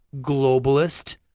globalist